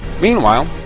Meanwhile